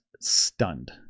stunned